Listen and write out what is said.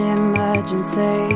emergency